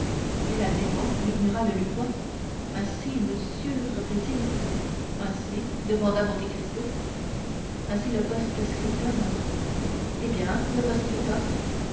il a dit bon murmura le lucquois ainsi monsieur reprit-il ainsi demanda monte cristo ainsi le post-scriptum eh bien le post-scriptum